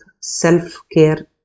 self-care